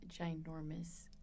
ginormous